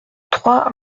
trois